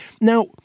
Now